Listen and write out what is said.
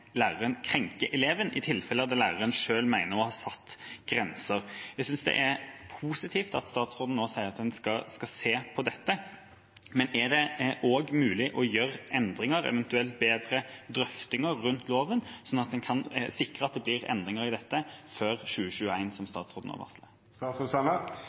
læreren krenker eleven i tilfeller der læreren selv mener å ha satt grenser. Jeg synes det er positivt at statsråden nå sier at en skal se på dette. Men er det også mulig å gjøre endringer, eventuelt bedre drøftinger rundt loven, slik at en kan sikre at det blir endringer i dette før 2021, som